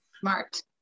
Smart